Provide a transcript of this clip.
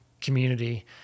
community